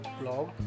blog